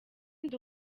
ndi